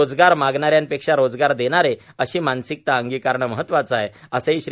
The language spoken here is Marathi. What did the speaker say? रोजगार मागणा यापेक्षा रोजगार देणारे अशी मानसिकता अंगिकारणे महत्वाचे आहेए असे श्री